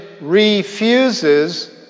refuses